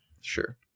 Sure